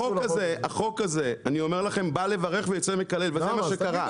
החוק הזה החוק הזה אני אומר לכם בא לברך ויצא מקלל וזה מה שקרה,